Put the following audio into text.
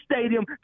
Stadium